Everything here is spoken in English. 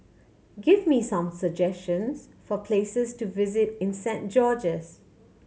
give me some suggestions for places to visit in Saint George's